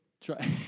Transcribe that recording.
try